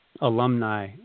alumni